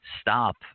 stop